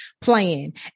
playing